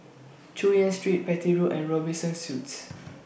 Chu Yen Street Petir Road and Robinson Suites